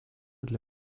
для